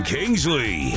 Kingsley